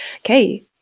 okay